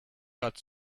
got